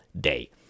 day